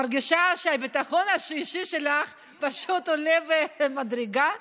את מרגישה שהביטחון האישי שלך פשוט עולה מדרגה?